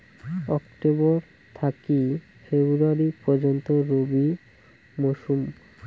October থাকি February পর্যন্ত রবি মৌসুম